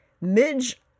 Midge